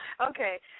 Okay